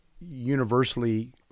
Universally